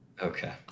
Okay